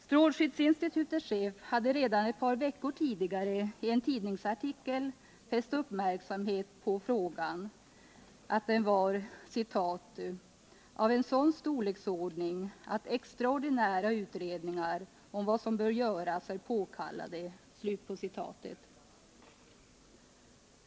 Strålskyddsinstitutets chef hade redan ett par veckor tidigare i en tidningsartikel fäst uppmärksamheten på frågan och framhållit att den var ”av en sådan storleksordning att extraordinära utredningar om vad som bör göras är påkallade”.